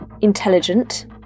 intelligent